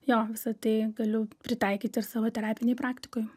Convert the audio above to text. jo visa tai galiu pritaikyti ir savo terapinėj praktikoj